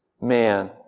man